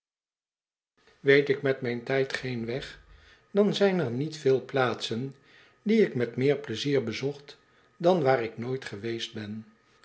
weet ik met mijn tijd geen weg dan zijn er niet veel plaatsen die ik met meer pleizier bezocht dan waar ik nooit geweest ben